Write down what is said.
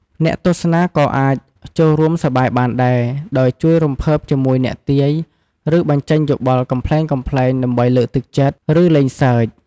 អ្នកទស្សនាក៏អាចចូលរួមសប្បាយបានដែរ ដោយជួយរំភើបជាមួយអ្នកទាយ ឬបញ្ចេញយោបល់កំប្លែងៗ ដើម្បីលើកទឹកចិត្ត ឬលេងសើច។